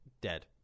dead